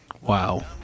Wow